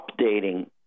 updating